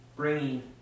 bringing